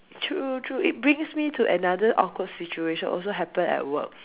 true true it brings me to another awkward situation also happened at work